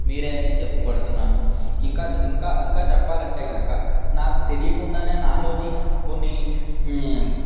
మీరే అని చెప్పపడుతున్నాను ఇంకా ఇంకా ఇంకా చెప్పాలంటే కనుక నాకు తెలియకుండానే నాలోని కొన్ని